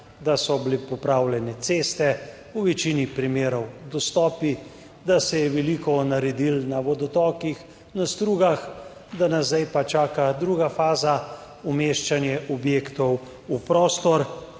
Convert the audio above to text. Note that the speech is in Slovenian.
da so bile popravljene ceste, v večini primerov dostopi, da se je veliko naredilo na vodotokih, na strugah, da nas zdaj pa čaka druga faza, umeščanje objektov v prostor.